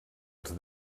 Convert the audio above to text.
els